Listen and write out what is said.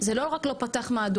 רק שזה לא פתח מהדורות,